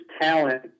talent